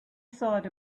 thought